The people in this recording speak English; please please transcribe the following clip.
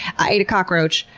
i ate a cockroach.